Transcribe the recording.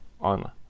on